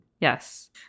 Yes